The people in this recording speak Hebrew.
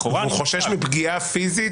לכאורה --- הוא חושש מפגיעה פיזית?